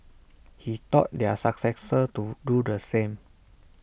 he taught their successors to do the same